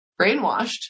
brainwashed